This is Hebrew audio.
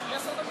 יש לי עשר דקות.